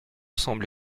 semble